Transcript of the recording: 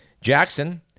Jackson